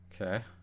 okay